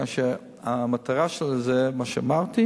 כאשר המטרה של זה היא מה שאמרתי.